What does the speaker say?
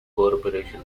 corporation